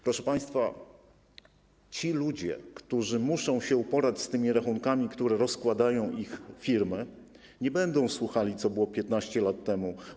Proszę państwa, ludzie, którzy muszą się uporać z tymi rachunkami, które rozkładają ich firmy, nie będą słuchali, co było 15 lat temu.